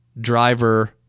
driver